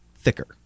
thicker